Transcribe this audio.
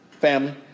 family